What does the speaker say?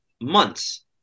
months